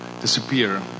disappear